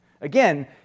Again